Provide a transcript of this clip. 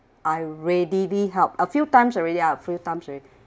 I readily help a few times already a few times already